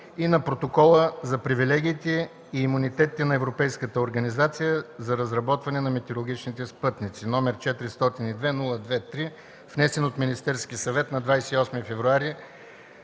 и на Протокола за привилегиите и имунитетите на Европейската организация за разработване на метеорологични спътници (EUMETSAT), № 402-02-3, внесен от Министерския съвет на 28 февруари